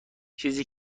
چیزی